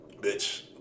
Bitch